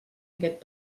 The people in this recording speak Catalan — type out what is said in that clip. aquest